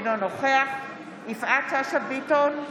אינו נוכח יפעת שאשא ביטון,